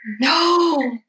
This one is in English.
no